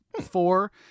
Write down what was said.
four